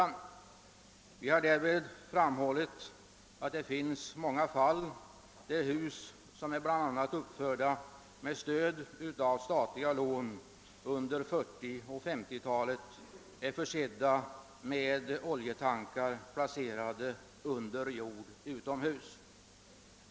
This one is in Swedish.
Därvid har vi framhållit att det finns många fall där hus — bl.a. sådana som uppförts med stöd av statliga lån under 1940 och 1950-talen — är försedda med oljetankar placera de under jord utomhus.